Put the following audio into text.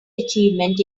achievement